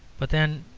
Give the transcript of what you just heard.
but, then,